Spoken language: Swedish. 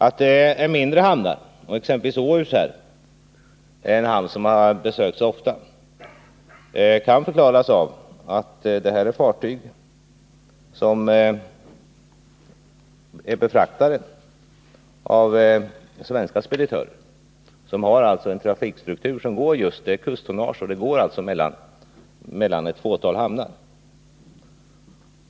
Att mindre hamnar, exempelvis Åhus, besöks ofta kan förklaras av trafikstrukturen — att det är fråga om kusttonnage, fartyg som är befraktade av svenska speditörer och som går mellan ett fåtal hamnar.